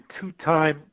two-time